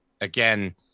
Again